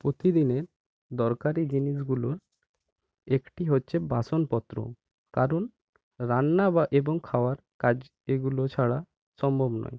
প্রতিদিনের দরকারি জিনিসগুলোর একটি হচ্ছে বাসনপত্র কারণ রান্না এবং খাওয়ার কাজ এগুলো ছাড়া সম্ভব নয়